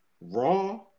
Raw